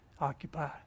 occupy